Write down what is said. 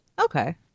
Okay